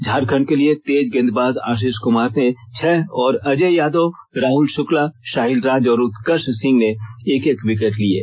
झारखंड के लिए तेज गेंदबाज आषीष कुमार ने छह और अजय यादव राहुल शुक्ला शाहिल राज और उत्कर्ष सिंह ने एक एक विकेट लिये